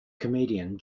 comedian